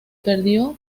perdió